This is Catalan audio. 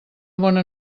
bona